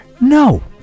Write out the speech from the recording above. No